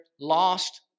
lost